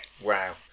Wow